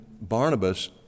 Barnabas